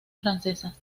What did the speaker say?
francesas